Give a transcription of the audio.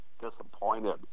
disappointed